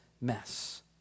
mess